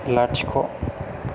लाथिख'